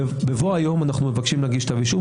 בבוא היום אנחנו מבקשים להגיש כתב אישום